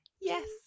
yes